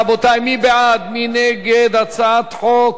רבותי, מי בעד, מי נגד הצעת חוק